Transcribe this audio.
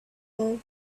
love